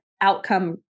outcome